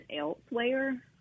elsewhere